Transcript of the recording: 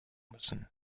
müssen